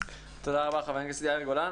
תודה רבה, חבר הכנסת יאיר גולן.